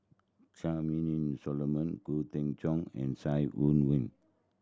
Charmaine Solomon Khoo Cheng Tiong and Sai